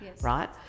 right